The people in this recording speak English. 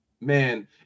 Man